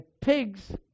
pigs